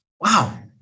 wow